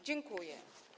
Dziękuję.